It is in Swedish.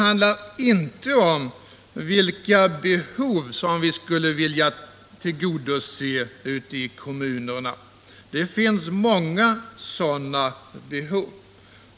Vi talar inte om de behov som vi vill tillgodose ute i kommunerna — det finns många sådana.